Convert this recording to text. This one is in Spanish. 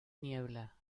niebla